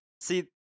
See